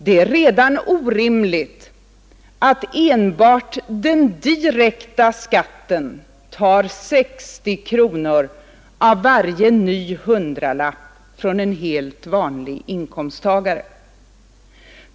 Det är redan orimligt att enbart den direkta skatten tar 60 kronor av varje ny hundralapp från en helt vanlig inkomsttagare.